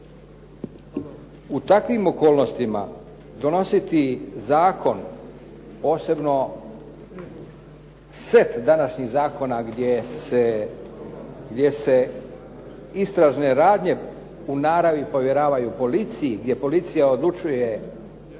U takvim okolnostima donositi zakon posebno set današnjih zakona gdje se istražne radnje u naravi povjeravaju policiji, gdje policija odlučuje